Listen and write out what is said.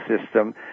system